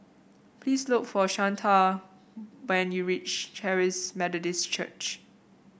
please look for Shanta when you reach Charis Methodist Church